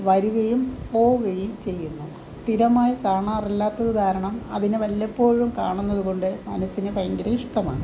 വരികയും പോവുകയും ചെയ്യുന്നു സ്ഥിരമായി കാണാറില്ലാത്തത് കാരണം അതിനെ വല്ലപ്പോഴും കാണുന്നത് കൊണ്ട് മനസ്സിന് ഭയങ്കര ഇഷ്ടമാണ്